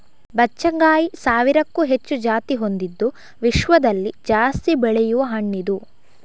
ಬಚ್ಚಗಾಂಯಿ ಸಾವಿರಕ್ಕೂ ಹೆಚ್ಚು ಜಾತಿ ಹೊಂದಿದ್ದು ವಿಶ್ವದಲ್ಲಿ ಜಾಸ್ತಿ ಬೆಳೆಯುವ ಹಣ್ಣಿದು